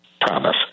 promise